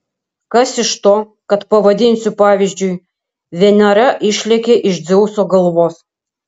kas iš to kad pavadinsiu pavyzdžiui venera išlėkė iš dzeuso galvos